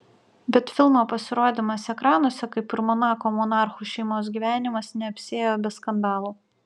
bet filmo pasirodymas ekranuose kaip ir monako monarchų šeimos gyvenimas neapsiėjo be skandalų